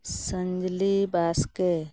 ᱥᱟᱺᱡᱽᱞᱤ ᱵᱟᱥᱠᱮ